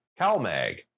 CalMag